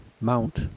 Mount